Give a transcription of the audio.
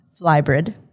Flybrid